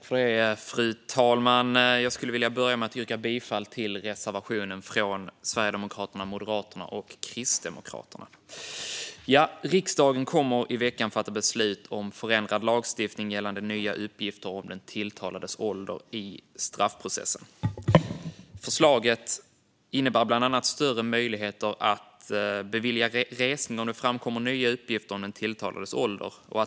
Fru talman! Jag vill börja med att yrka bifall till reservationen från Sverigedemokraterna, Moderaterna och Kristdemokraterna. Riksdagen kommer i veckan att fatta beslut om förändrad lagstiftning gällande nya uppgifter om den tilltalades ålder i straffprocessen. Förslaget innebär bland annat större möjligheter att bevilja resning om det framkommer nya uppgifter om den tilltalades ålder.